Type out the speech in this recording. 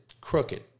crooked